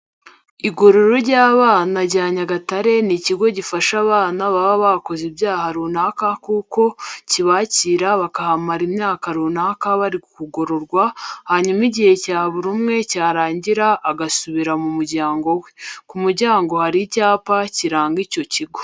Igororero ry'abana rya Nyagatare ni ikigo gifasha abana baba bakoze ibyaha runaka kuko kibakira bakahamara imyaka runaka bari kugororwa hanyuma igihe cya buri umwe cyarangira agasubira mu muryango we. Ku muryango hari icyapa kiranga icyo kigo.